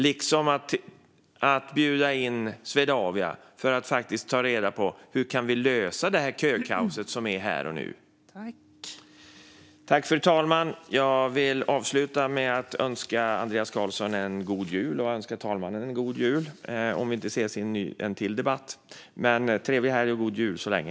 Man kan också bjuda in Swedavia för att faktiskt ta reda på: Hur kan vi lösa det kökaos som är här och nu? Fru talman! Jag vill avsluta med att önska Andreas Carlson och talmannen en god jul, om vi inte ses i en annan debatt. Trevlig helg och god jul, så länge!